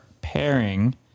pairing